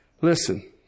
Listen